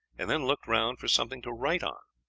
and then looked round for something to write on.